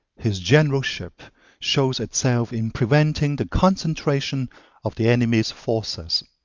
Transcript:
his generalship shows itself in preventing the concentration of the enemy's forces.